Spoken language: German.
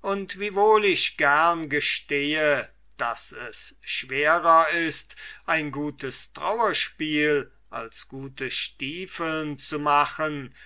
und wiewohl ich gerne gestehe daß es schwerer ist ein gutes trauerspiel als gute stiefeln zu machen